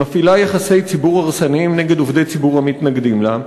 היא מפעילה יחסי ציבור הרסניים נגד עובדי ציבור המתנגדים לה,